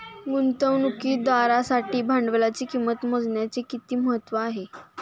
गुंतवणुकदारासाठी भांडवलाची किंमत मोजण्याचे किती महत्त्व आहे?